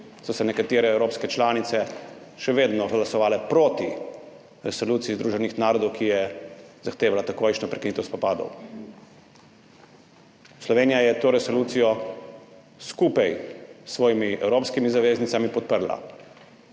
so nekatere evropske članice še vedno glasovale proti resoluciji Združenih narodov, ki je zahtevala takojšnjo prekinitev spopadov. Slovenija je to resolucijo skupaj s svojimi evropskimi zaveznicami podprla,